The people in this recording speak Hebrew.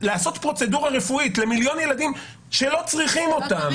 לעשות פרוצדורה רפואית למיליון ילדים שלא צריכים אותה,